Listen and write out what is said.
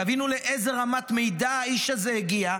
תבינו לאיזו רמת מידע האיש הזה הגיע.